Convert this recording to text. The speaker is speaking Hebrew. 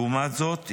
לעומת זאת,